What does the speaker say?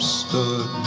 stood